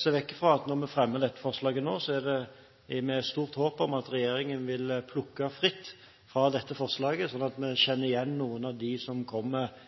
se bort fra at når vi fremmer disse forslagene nå, er det med et stort håp om at regjeringen vil plukke fritt fra dem, sånn at vi kjenner igjen noen av dem i det som kommer